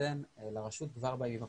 יינתן לרשות כבר בימים הקרובים.